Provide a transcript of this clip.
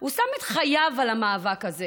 הוא שם את חייו על המאבק הזה,